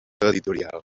editorial